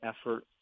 effort